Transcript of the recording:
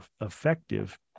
effective